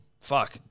fuck